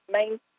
Main